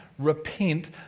repent